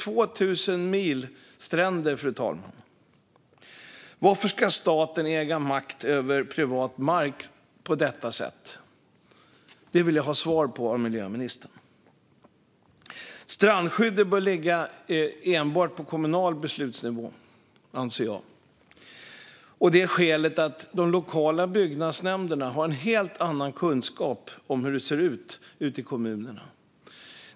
Varför ska staten äga makt över privat mark på detta sätt? Det vill jag ha svar på av miljöministern. Jag anser att strandskyddet enbart bör ligga på kommunal beslutsnivå av det skälet att de lokala byggnadsnämnderna har en helt annan kunskap om hur det ser ut ute i kommunerna.